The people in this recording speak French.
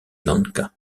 lanka